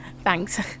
thanks